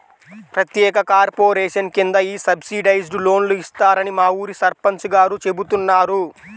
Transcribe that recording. ప్రత్యేక కార్పొరేషన్ కింద ఈ సబ్సిడైజ్డ్ లోన్లు ఇస్తారని మా ఊరి సర్పంచ్ గారు చెబుతున్నారు